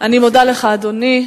אני מודה לך, אדוני.